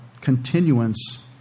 continuance